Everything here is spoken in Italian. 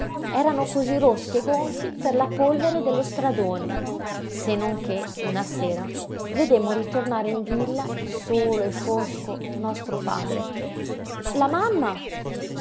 erano cosí rossi e gonfi per la polvere dello stradone se non che una sera vedemmo ritornare in villa solo e fosco nostro padre la mamma